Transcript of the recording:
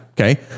Okay